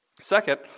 Second